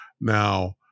Now